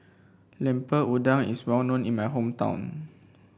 Lemper Udang is well known in my hometown